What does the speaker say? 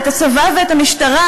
את הצבא ואת המשטרה,